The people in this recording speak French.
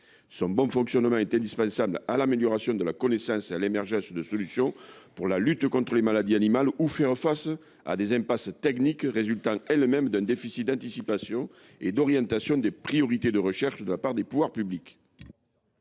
Son bon fonctionnement est indispensable à l’amélioration des connaissances et à l’émergence de solutions là où il s’agit de lutter contre les maladies animales ou de faire face à des impasses techniques résultant elles mêmes d’un déficit d’anticipation et d’orientation des priorités de recherche de la part des pouvoirs publics.